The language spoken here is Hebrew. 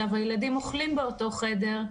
הילדים אוכלים באותו חדר,